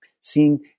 seeing